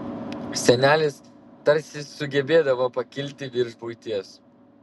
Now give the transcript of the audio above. senelis tarsi sugebėdavo pakilti virš buities